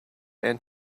and